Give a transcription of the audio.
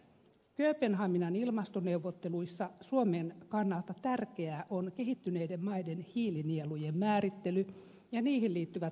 kööpenhaminan ilmastoneuvotteluissa suomen kannalta tärkeitä ovat kehittyneiden maiden hiilinielujen määrittely ja niihin liittyvät laskentamallit